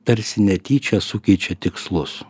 tarsi netyčia sukeičia tikslus